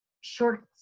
short